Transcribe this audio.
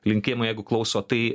linkėjimai jeigu klauso tai